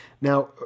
Now